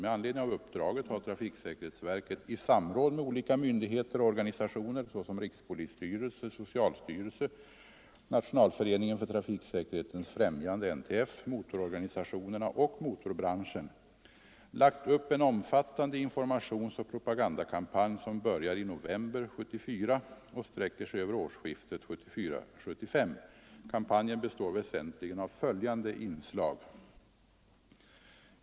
Med anledning av uppdraget har trafiksäkerhetsverket i samråd med olika myndigheter och organisationer — såsom rikspolisstyrelsen, socialstyrelsen, Nationalföreningen för trafiksäkerhetens främjande , motororganisationerna och motorbranschen — lagt upp en omfattande informationsoch propagandakampanj, som börjar i november 1974 och sträcker sig över årsskiftet 1974-1975. Kampanjen består väsentligen av följande inslag.